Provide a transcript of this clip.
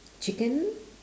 chicken